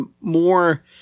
more